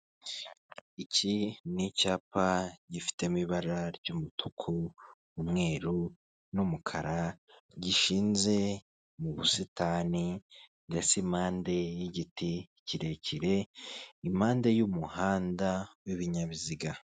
Iki ni icyapa gifitemo ibara ry'umutuku n'umweru n'umukara, gishinze mu busitani ndetse impande y'igiti kirekire, impande y'umuhanda w'ibinyabiziga.